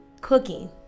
Cooking